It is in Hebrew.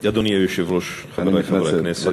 אדוני היושב-ראש, חברי חברי הכנסת, אני מתנצל.